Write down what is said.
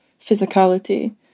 physicality